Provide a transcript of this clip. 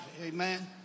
Amen